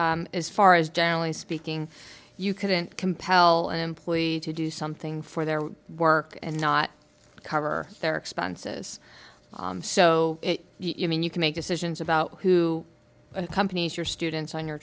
as far as jolly speaking you couldn't compel an employee to do something for their work and not cover their expenses so i mean you can make decisions about who companies your students on your